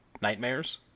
nightmares